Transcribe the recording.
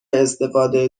استفاده